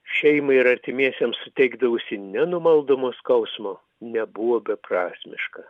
šeimai ir artimiesiems suteikdavusi nenumaldomo skausmo nebuvo beprasmiška